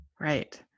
Right